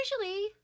Usually